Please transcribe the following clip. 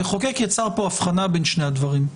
המחוקק יצר פה הבחנה בין שני הדברים.